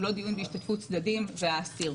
הוא לא דיון בהשתתפות צדדים והאסיר.